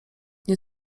nie